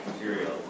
material